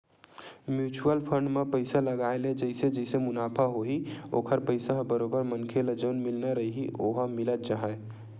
mutual fund म पइसा लगाय ले जइसे जइसे मुनाफ होही ओखर पइसा ह बरोबर मनखे ल जउन मिलना रइही ओहा मिलत जाही